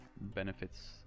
benefits